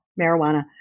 marijuana